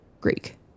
Greek